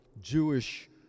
Jewish